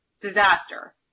disaster